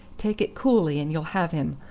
take it coolly and you'll have him.